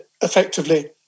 effectively